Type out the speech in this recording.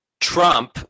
Trump